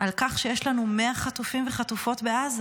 על כך שיש לנו 100 חטופים וחטופות בעזה.